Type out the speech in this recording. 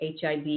HIV